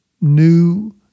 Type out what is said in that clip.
new